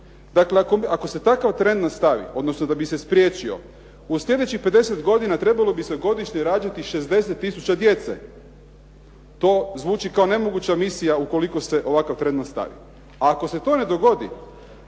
Dakle, ako se takav trend nastavi odnosno da bi se spriječio, u sljedećih 50 godina trebalo bi se godišnje rađati 60 tisuća djece. To zvuči kao nemoguća misija ukoliko se ovakav trend nastavi. A ako se to ne dogodi,